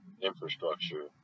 infrastructure